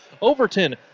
Overton